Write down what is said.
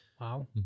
wow